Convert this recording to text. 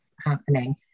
happening